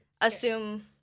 assume